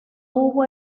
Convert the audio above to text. hubo